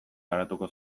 garatuko